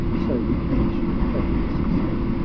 so the ancient prophets sang,